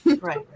right